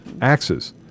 axes